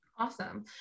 Awesome